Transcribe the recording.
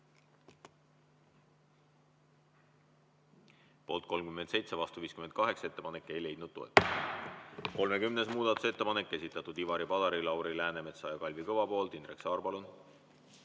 Poolt 37, vastu 58. Ettepanek ei leidnud toetust. 30. muudatusettepanek, esitanud Ivari Padar, Lauri Läänemets ja Kalvi Kõva. Indrek Saar, palun!